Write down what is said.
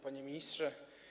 Panie Ministrze!